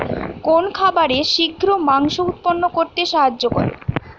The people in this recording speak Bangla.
কোন খাবারে শিঘ্র মাংস উৎপন্ন করতে সাহায্য করে?